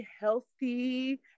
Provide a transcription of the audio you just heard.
healthy